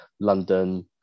london